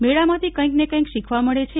મેળામાંથી કૈક ને કૈક શીખવા મળે છે